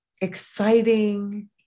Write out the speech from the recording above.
exciting